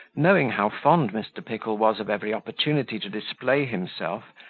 knowing how fond mr. pickle was of every opportunity to display himself,